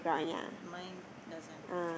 mine doesn't